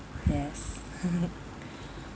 yes